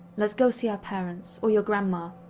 let's go see our parents, or your grandma.